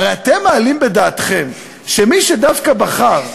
הרי אתם מעלים בדעתכם שמי שדווקא בחר,